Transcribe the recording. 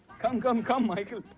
come, come come michael.